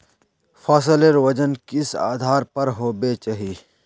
फसलेर वजन किस आधार पर होबे चही?